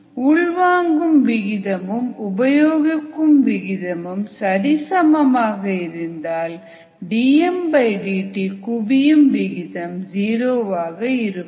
உள்வாங்கும் விகிதமும் உபயோகிக்கும் விகிதமும் சரிசமமாக இருந்தால் dmdt குவியும் விகிதம் ஜீரோவாக இருக்கும்